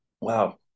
wow